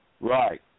Right